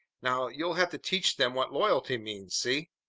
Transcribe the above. now, you'll have to teach them what loyalty means. see?